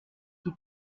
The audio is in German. die